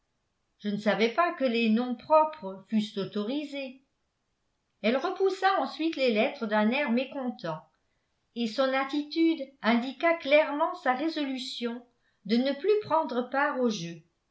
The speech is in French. je ne savais pas que les noms propres fussent autorisés elle repoussa ensuite les lettres d'un air mécontent et son attitude indiqua clairement sa résolution de ne plus prendre part au jeu